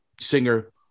singer